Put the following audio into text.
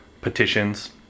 petitions